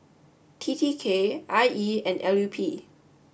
T T K I E and L U P